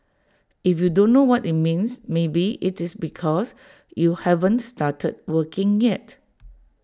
if you don't know what IT means maybe IT is because you haven't started working yet